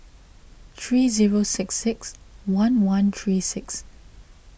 three zero six six one one three six